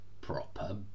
proper